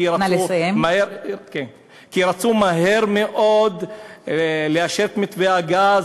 כי רצו מהר מאוד לאשר את מתווה הגז